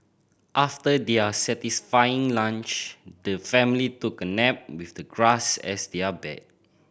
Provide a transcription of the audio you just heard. after their satisfying lunch the family took a nap with the grass as their bed